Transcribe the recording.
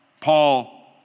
Paul